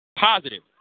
Positive